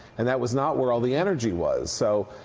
and that was not where all the energy was. so